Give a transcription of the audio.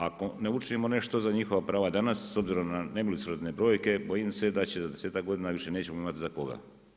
Ako ne učinimo nešto na njihova prava danas, s obzirom na nemilosrdne brojke, bojim se da će za 10-tak godina više nećemo imati za koga.